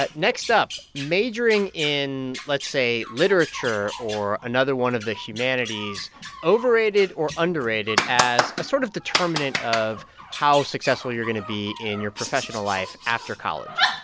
but next up, majoring in, let's say, literature or another one of the humanities overrated or underrated as a sort of determinant of how successful you're going to be in your professional life after college?